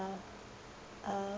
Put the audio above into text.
uh